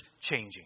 changing